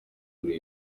kuri